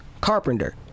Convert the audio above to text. carpenter